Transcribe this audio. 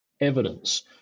evidence